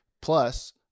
Plus